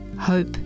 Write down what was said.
hope